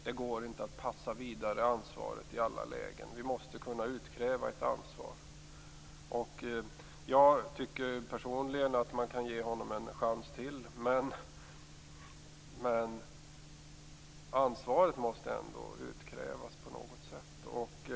Det går inte att i alla lägen passa ansvaret vidare. Vi måste kunna utkräva ett ansvar. Personligen tycker jag att man kan ge honom en chans till, men ansvaret måste ändå utkrävas på något sätt.